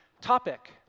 topic